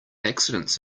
accidents